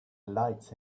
lights